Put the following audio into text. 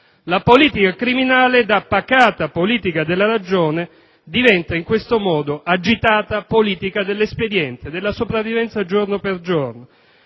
La politica criminale, da pacata politica della ragione, diventa in questo modo agitata politica dell'espediente, della sopravvivenza giorno per giorno,